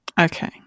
Okay